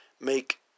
make